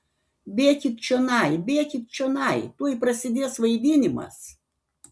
bėkit čionai bėkit čionai tuoj prasidės vaidinimas